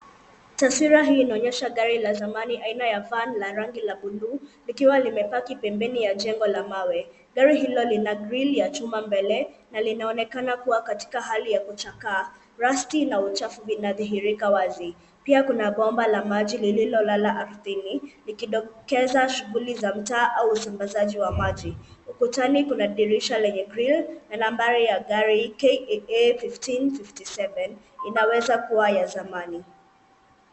Taswira hii inaonyesha gari la zamani aina ya van la rangi la buluu likiwa limepaki pembeni ya jengo la mawe. Gari hilo lina grill ya chuma mbele na linaonekana kuwa katika hali ya kuchakaa. Rust na uchafu vinadhihirika wazi. Pia kuna bomba la maji lililolala ardhini, likidokeza shughuli za mtaa au usambazaji wa maji. Ukutani kuna dirisha lenye grill na nambari ya gari KAA 1557 , inaweza kuwa ya zamani.